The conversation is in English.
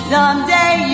Someday